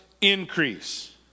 increase